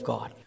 God